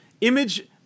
Image